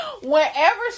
whenever